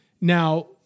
now